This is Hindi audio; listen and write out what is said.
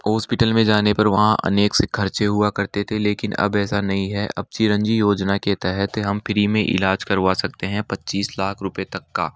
हॉस्पिटल में जाने पर वहाँ अनेक से खर्चे हुआ करते थे लेकिन अब ऐसा नहीं है अब चिरंजीवी योजना के तहत हम फ़्री में इलाज करवा सकते हैं पच्चीस लाख रुपए तक का